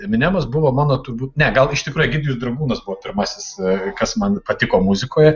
eminemas buvo mano turbūt ne gal iš tikro egidijus dragūnas buvo pirmasis kas man patiko muzikoje